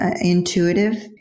intuitive